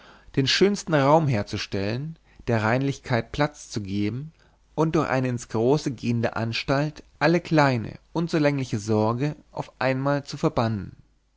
den schönsten raum herzustellen der reinlichkeit platz zu geben und durch eine ins große gehende anstalt alle kleine unzulängliche sorge auf einmal zu verbannen